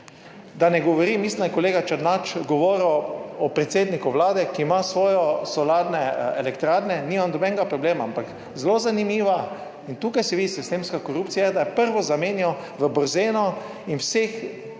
Da ne govorim, mislim, da je kolega Černač govoril o predsedniku Vlade, ki ima svoje solarne elektrarne. Nimam nobenega problema, ampak zelo zanimiva in tukaj se vidi sistemska korupcija, da je prvo zamenjal v Borzenu in v vseh